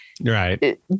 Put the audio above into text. right